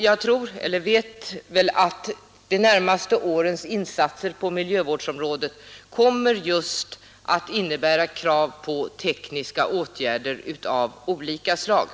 Jag vet att de närmaste årens insatser på miljövårdsområdet kommer att innebära just krav på tekniska åtgärder av olika slag.